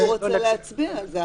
הוא רוצה להצביע על זה.